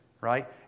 right